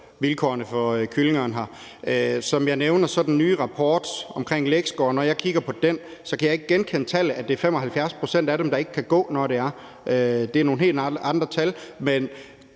vilkårene for kyllingerne. Når jeg kigger på den nye rapport omkring gait score, som jeg nævner, kan jeg ikke genkende, at det er 75 pct. af dem, der ikke kan gå. Det er nogle helt andre tal. Jeg